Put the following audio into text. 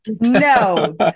No